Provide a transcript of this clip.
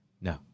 No